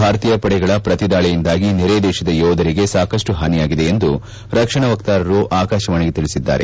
ಭಾರತೀಯ ಪಡೆಗಳ ಪ್ರತಿದಾಳಿಯಿಂದಾಗಿ ನೆರೆ ದೇಶದ ಯೋಧರಿಗೆ ಸಾಕಷ್ಟು ಹಾನಿಯಾಗಿದೆ ಎಂದು ರಕ್ಷಣಾ ವಕ್ತಾರರು ಆಕಾಶವಾಣಿಗೆ ತಿಳಿಸಿದ್ದಾರೆ